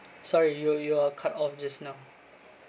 sorry you're you're cut off just now